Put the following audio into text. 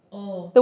oh